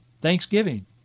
Thanksgiving